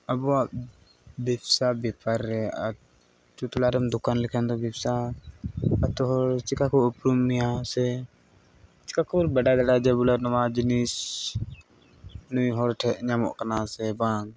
ᱟᱵᱚᱣᱟᱜ ᱵᱮᱵᱽᱥᱟ ᱵᱮᱯᱟᱨ ᱨᱮ ᱟᱛᱳ ᱴᱚᱞᱟ ᱨᱮᱢ ᱫᱳᱠᱟᱱ ᱞᱮᱠᱷᱟᱱ ᱫᱚ ᱵᱮᱵᱽᱥᱟ ᱟᱛᱳ ᱦᱚᱲ ᱪᱤᱠᱟ ᱠᱚ ᱩᱯᱨᱩᱢ ᱢᱮᱭᱟ ᱥᱮ ᱪᱤᱠᱟ ᱠᱚ ᱵᱟᱰᱟᱭ ᱫᱟᱲᱮᱭᱟᱜᱼᱟ ᱡᱮ ᱱᱚᱣᱟ ᱡᱤᱱᱤᱥ ᱱᱩᱭ ᱦᱚᱲ ᱴᱷᱮᱡ ᱧᱟᱢᱚᱜ ᱠᱟᱱᱟ ᱥᱮ ᱵᱟᱝ